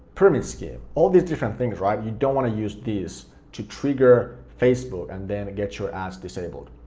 perfect skin, all these different things, right, you don't want to use these to trigger facebook and then get your ads disabled.